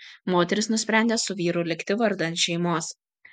moteris nusprendė su vyru likti vardan šeimos